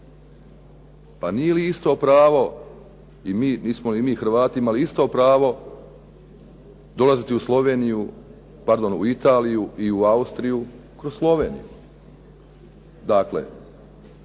pa nije li isto pravo i nismo mi li Hrvati imali isto pravo dolaziti u Italiju i u Austriju kroz Sloveniju?